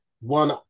one